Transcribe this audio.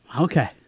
Okay